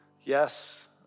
Yes